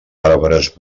arbres